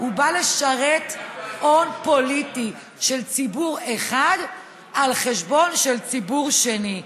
הוא בא לשרת הון פוליטי של ציבור אחד על חשבון ציבור שני.